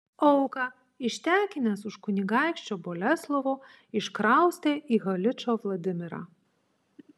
auką ištekinęs už kunigaikščio boleslovo iškraustė į haličo vladimirą